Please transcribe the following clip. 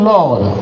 Lord